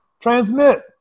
transmit